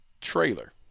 Trailer